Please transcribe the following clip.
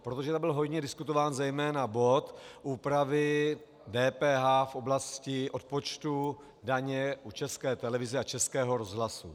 Protože tam byl hojně diskutován zejména bod úpravy DPH v oblasti odpočtu daně u České televize a Českého rozhlasu.